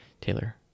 Taylor